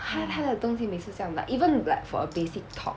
她她的东西每次这样 like even like for a basic top